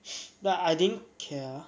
but I didn't care